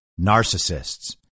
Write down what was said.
narcissists